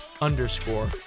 underscore